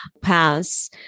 pass